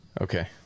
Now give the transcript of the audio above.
Okay